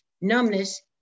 numbness